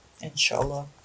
inshallah